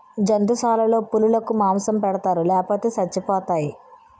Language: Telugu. జంతుశాలలో పులులకు మాంసం పెడతారు లేపోతే సచ్చిపోతాయి